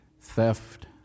theft